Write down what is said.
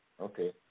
okay